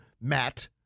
Matt